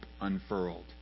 unfurled